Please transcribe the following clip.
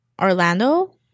Orlando